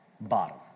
bottom